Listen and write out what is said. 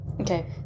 Okay